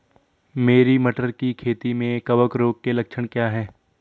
मेरी मटर की खेती में कवक रोग के लक्षण क्या हैं?